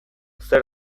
zer